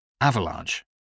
Avalanche